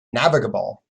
navigable